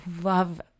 love